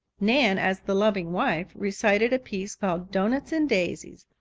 nan as the loving wife recited a piece called doughnuts and daisies,